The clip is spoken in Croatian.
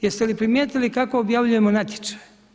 Jeste li primijetili kako objavljeno natječaj.